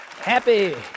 happy